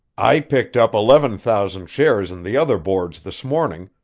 i picked up eleven thousand shares in the other boards this morning,